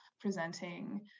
presenting